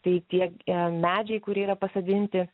tai tiea medžiai kurie yra pasodinti